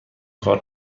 کارت